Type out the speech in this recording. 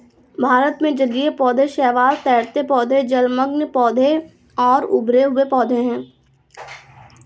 भारत में जलीय पौधे शैवाल, तैरते पौधे, जलमग्न पौधे और उभरे हुए पौधे हैं